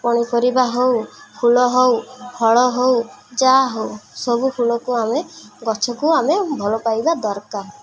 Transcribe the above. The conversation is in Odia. ପନିପରିବା ହଉ ଫୁଲ ହଉ ଫଳ ହଉ ଯାହା ହଉ ସବୁ ଫୁଲକୁ ଆମେ ଗଛକୁ ଆମେ ଭଲ ପାଇବା ଦରକାର